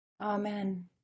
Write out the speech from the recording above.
Amen